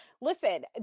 Listen